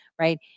right